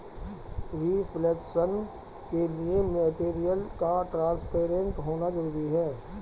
reflection के लिए material का ट्रांसपेरेंट होना जरूरी है